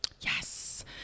Yes